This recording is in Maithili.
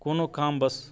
कोनो काम बस